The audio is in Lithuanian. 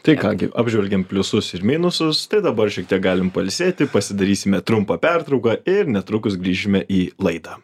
tai ką gi apžvelgėm pliusus ir minusus tai dabar šiek tiek galim pailsėti pasidarysime trumpą pertrauką ir netrukus grįšime į laidą